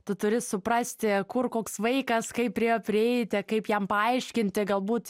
tu turi suprasti kur koks vaikas kaip prie jo prieiti kaip jam paaiškinti galbūt